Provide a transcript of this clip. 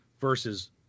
versus